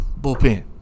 bullpen